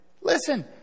Listen